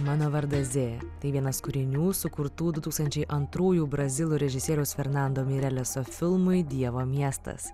mano vardas z tai vienas kūrinių sukurtų du tūkstančiai antrųjų brazilų režisieriaus fernando mireleso filmui dievo miestas